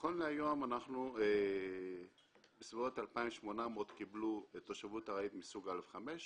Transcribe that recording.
נכון להיום בסביבות 2,800 קיבלו תושבות ארעית מסוג א'5,